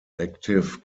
active